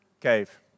cave